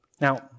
Now